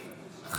זהו.